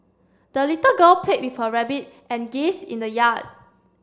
the little girl played with her rabbit and geese in the yard